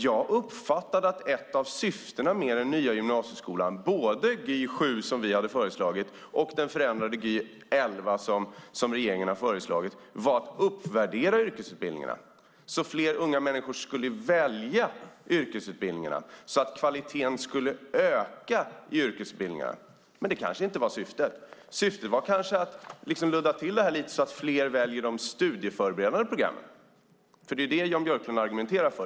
Jag uppfattade att ett av syftena med den nya gymnasieskolan, både Gy 2007 som vi hade föreslagit och den förändrade Gy 2011 som regeringen har föreslagit, var att uppvärdera yrkesutbildningarna så att fler unga människor skulle välja yrkesutbildningarna, så att kvaliteten skulle öka i yrkesutbildningarna. Men det kanske inte var syftet. Syftet var kanske att ludda till detta lite så att fler väljer de studieförberedande programmen. Det är vad Jan Björklund argumenterar för.